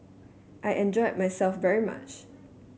I enjoyed myself very much